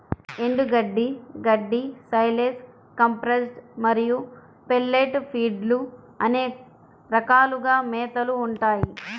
ఎండుగడ్డి, గడ్డి, silage, compressed మరియు పెల్లెట్ ఫీడ్లు అనే రకాలుగా మేతలు ఉంటాయి